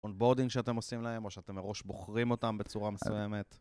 אונבורדינג שאתם עושים להם, או שאתם מראש בוחרים אותם בצורה מסוימת.